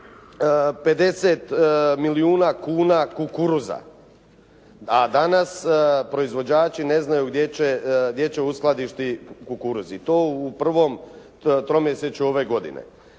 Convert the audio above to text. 50 milijuna kuna kukuruza, a danas proizvođači ne znaju gdje će, gdje će uskladištiti kukuruz i to u prvom tromjesječju ove godine.